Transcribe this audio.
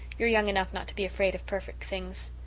you're young enough not to be afraid of perfect things.